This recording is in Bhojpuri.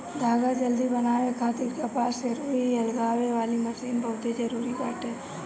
धागा जल्दी बनावे खातिर कपास से रुई अलगावे वाली मशीन बहुते जरूरी बाटे